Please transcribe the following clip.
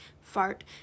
fart